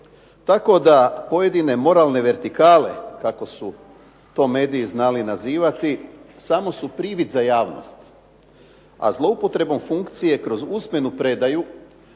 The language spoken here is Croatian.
Tako da pojedine moralne vertikale, kako su to mediji znali nazivati, samo su privid za javnost, a zloupotrebom funkcije kroz usmenu predaju